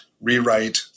rewrite